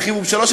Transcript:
ירחיבו בשלושה,